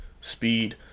speed